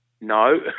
No